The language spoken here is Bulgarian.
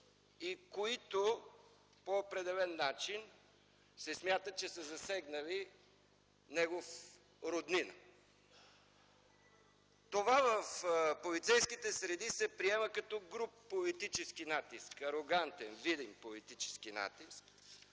и, които по определен начин се смята, че са засегнали негов роднина. Това в полицейските среди се приема като груб политически натиск, арогантен, видим политически натиск